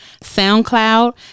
SoundCloud